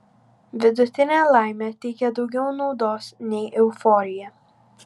vidutinė laimė teikia daugiau naudos nei euforija